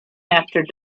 after